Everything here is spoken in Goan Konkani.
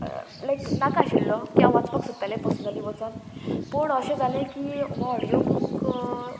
लायक नाका आशिल्लो की हांव वाचपाक सोदतालें पर्सनली वचोन पूण अशें जालें की हो ऑडियो बूक